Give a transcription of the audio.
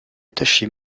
attaché